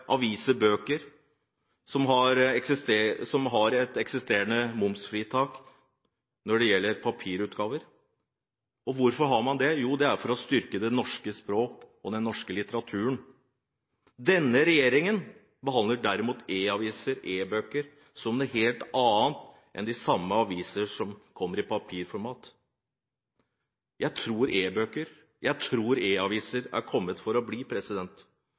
på aviser og bøker, som har et eksisterende momsfritak når det gjelder papirutgaver. Hvorfor har man det? Jo, det er for å styrke det norske språk og den norske litteraturen. Denne regjeringen behandler derimot e-aviser og e-bøker som noe helt annet enn de samme avisene og bøkene som kommer i papirformat. Jeg tror e-bøker og e-aviser er kommet for å bli.